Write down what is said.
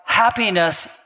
Happiness